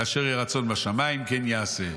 וכאשר יהיה הרצון בשמיים כן יעשה".